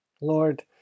Lord